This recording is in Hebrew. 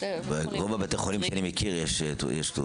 ברוב בתי החולים שאני מכיר יש תעודות.